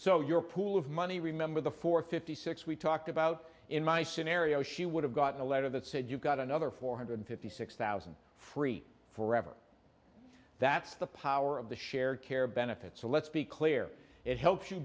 so your pool of money remember the four fifty six we talked about in my scenario she would have gotten a letter that said you've got another four hundred fifty six thousand free forever that's the power of the shared care benefit so let's be clear it helps you